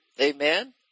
Amen